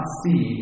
see